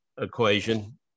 equation